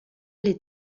les